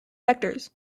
sectors